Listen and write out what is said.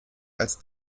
als